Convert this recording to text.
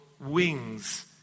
wings